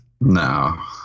No